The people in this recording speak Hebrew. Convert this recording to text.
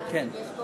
כן.